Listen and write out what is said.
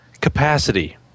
capacity